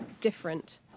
different